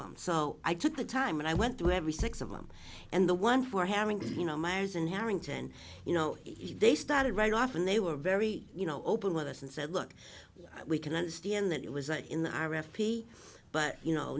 them so i took the time and i went through every six of them and the one for having you know myers and harrington you know if they started right off and they were very you know open with us and said look we can understand that it was like in the r f p but you know